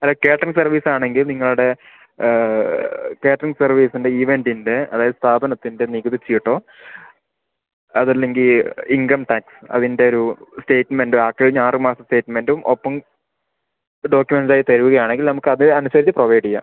അല്ല catering service ആണെങ്കിൽ നിങ്ങളുടെ കാറ്ററിംഗ് സർവീസിൻ്റ ഈവൻറ്റിൻ്റ അതായത് സ്ഥാപനത്തിൻ്റ നികുതി ചീട്ടോ അതല്ലെങ്കിൽ ഇൻകം ടാക്സ് അതിൻ്റെ ഒരു സ്റ്റേറ്റ്മെൻറ്റ് ആ കഴിഞ്ഞ ആറ് മാസത്തെ സ്റ്റേറ്റ്മെൻറ്റും ഒപ്പം ഡോക്യൂമെൻറ്റ് ആയി തരുകയാണെങ്കിൽ നമുക്ക് അത് അനുസരിച്ച് പ്രൊവൈഡ് ചെയ്യാം